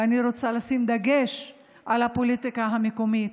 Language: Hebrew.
ואני רוצה לשים דגש על הפוליטיקה המקומית,